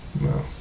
no